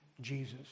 Jesus